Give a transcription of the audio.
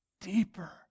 deeper